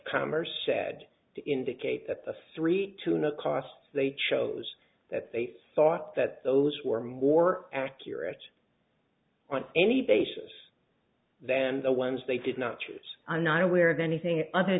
commerce said to indicate that the three to no costs they chose that they thought that those were more accurate on any basis than the ones they did not use a not aware of anything other